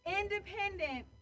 independent